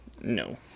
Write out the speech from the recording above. No